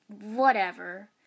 whatever